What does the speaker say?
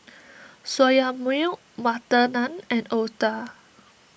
Soya Milk Butter Naan and Otah